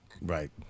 right